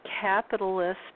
capitalist